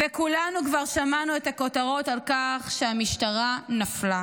וכולנו כבר שמענו את הכותרות על כך שהמשטרה נפלה.